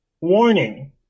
Warning